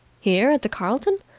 here at the carlton?